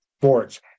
sports